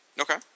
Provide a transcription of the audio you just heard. Okay